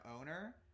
owner